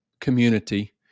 community